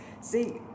See